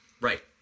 Right